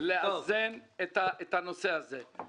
לאזן את הנושא הזה.